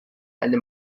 eine